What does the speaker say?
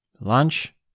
lunch